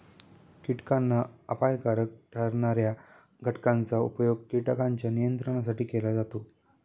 कीटकांना अपायकारक ठरणार्या घटकांचा उपयोग कीटकांच्या नियंत्रणासाठी केला जातो